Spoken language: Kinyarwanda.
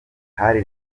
hari